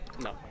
No